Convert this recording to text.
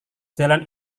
jalan